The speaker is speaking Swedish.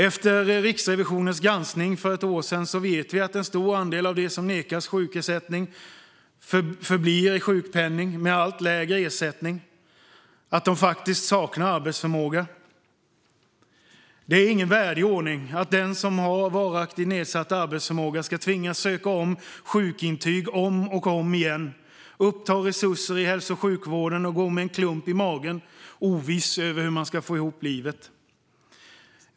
Efter Riksrevisionens granskning för ett år sedan vet vi att en stor andel av dem som nekas sjukersättning förblir med sjukpenning med allt lägre ersättning och att de faktiskt saknar arbetsförmåga. Det är ingen värdig ordning att den som har varaktigt nedsatt arbetsförmåga ska tvingas söka om sjukintyg om och om igen, uppta resurser i hälso och sjukvården och gå med en klump i magen, oviss över hur man ska få ihop livet.